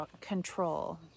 Control